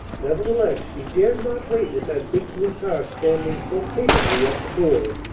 nevertheless, she dared not wait with that big blue car standing so capably at the door,